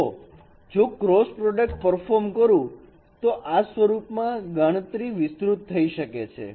તો જો cross product perform કરું તો આ સ્વરૂપમાં ગણતરી વિસ્તૃત થઈ શકે છે